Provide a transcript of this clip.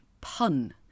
pun